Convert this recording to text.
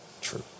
true